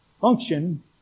function